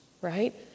right